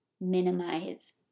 minimize